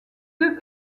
deux